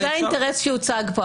זה האינטרס שהוצג פה,